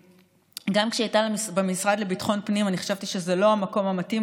גם כשהיא הייתה במשרד לביטחון הפנים אני חשבתי שזה לא המקום המתאים.